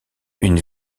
une